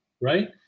right